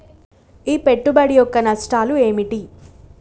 ఈ పెట్టుబడి యొక్క నష్టాలు ఏమిటి?